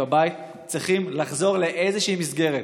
בבית צריכים לחזור לאיזושהי מסגרת,